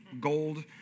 gold